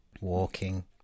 walking